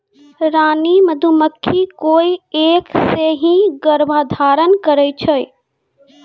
रानी मधुमक्खी कोय एक सें ही गर्भाधान करै छै